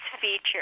feature